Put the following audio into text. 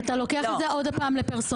אתה לוקח את זה עוד פעם לפרסונלי.